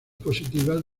positivas